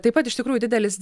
taip pat iš tikrųjų didelis